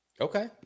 Okay